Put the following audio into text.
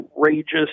outrageous